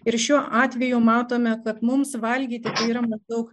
ir šiuo atveju matome kad mums valgyti tai yra maždaug